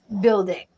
building